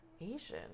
Asian